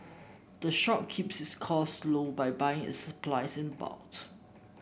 the shop keeps its cost low by buying its supplies in bulk